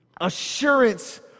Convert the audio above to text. assurance